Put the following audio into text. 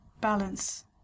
balance